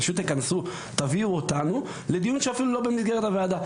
פשוט תביאו אותנו, לדיון שאפילו לא במסגרת הוועדה.